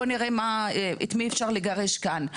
בואו נראה את מי אפשר לגרש מכאן.